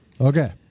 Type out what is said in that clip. Okay